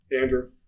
Andrew